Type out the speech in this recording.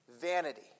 Vanity